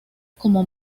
como